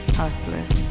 hustlers